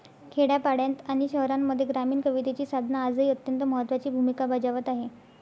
खेड्यापाड्यांत आणि शहरांमध्ये ग्रामीण कवितेची साधना आजही अत्यंत महत्त्वाची भूमिका बजावत आहे